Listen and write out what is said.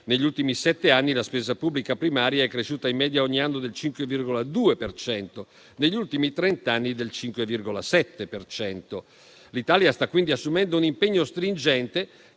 negli ultimi sette anni, la spesa pubblica primaria è cresciuta ogni anno del 5,2 per cento, negli ultimi trent'anni del 5,7 per cento. L'Italia sta quindi assumendo un impegno stringente